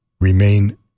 remain